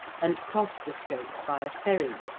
and crossed the strait by a ferry.